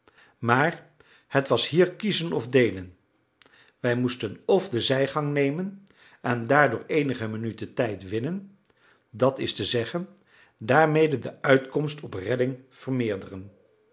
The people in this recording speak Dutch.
maar het was hier kiezen of deelen wij moesten f de zijgang nemen en daardoor eenige minuten tijd winnen dat is te zeggen daarmede de uitkomst op redding vermeerderen